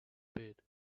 bed